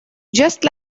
just